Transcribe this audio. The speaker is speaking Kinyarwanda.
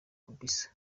kabisa